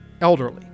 elderly